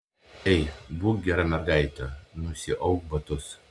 ei būk gera mergaitė nusiauk batus